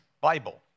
Bible